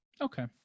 okay